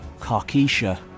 Karkisha